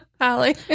Holly